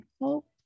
hope